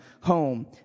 home